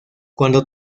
cuando